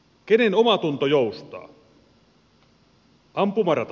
kenen omatunto joustaa